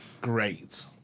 great